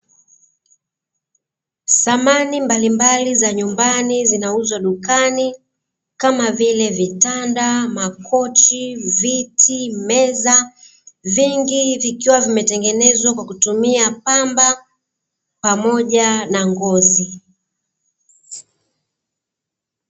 Samani mbalimbali za nymbani zinauzwa dukani kama vile: vitanda, makochi, viti, meza, vingi vikiwa vimetengenezwa kwa kutumia pamba pamoja na ngozi.